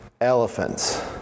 elephants